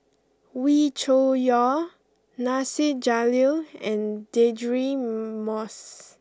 Wee Cho Yaw Nasir Jalil and Deirdre Moss